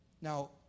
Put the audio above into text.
Now